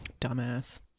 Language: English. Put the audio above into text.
Dumbass